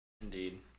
Indeed